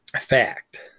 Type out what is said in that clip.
Fact